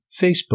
Facebook